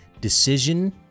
decision